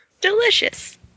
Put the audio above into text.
Delicious